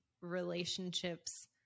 relationships